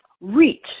reach